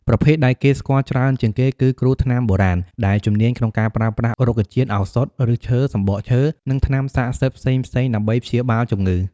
ប្រភេទដែលគេស្គាល់ច្រើនជាងគេគឺ គ្រូថ្នាំបុរាណ ដែលជំនាញក្នុងការប្រើប្រាស់រុក្ខជាតិឱសថ ឫសឈើ សំបកឈើ និងថ្នាំស័ក្តិសិទ្ធិផ្សេងៗដើម្បីព្យាបាលជំងឺ។